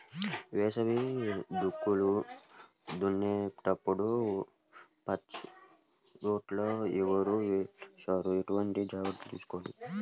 వేసవి దుక్కులు దున్నేప్పుడు పచ్చిరొట్ట ఎరువు వేయవచ్చా? ఎటువంటి జాగ్రత్తలు తీసుకోవాలి?